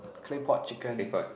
claypot chicken